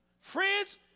Friends